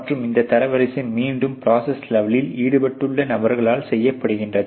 மற்றும் இந்த தரவரிசை மீண்டும் ப்ரோசஸ் லெவெலில் ஈடுபட்டுள்ள நபர்களால் செய்யப்படுகிறது